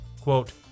Quote